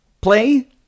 Play